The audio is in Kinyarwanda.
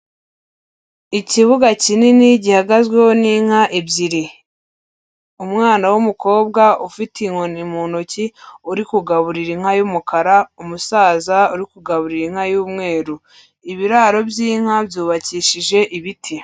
Ikibuga kinini gihagazweho n'inka ebyiri, umwana w'umukobwa ufite inkoni mu ntoki uri kugaburira inka y'umukara, umusaza uri kugaburira inka y'umweru, ibiraro by'inka byubakishije ibiti.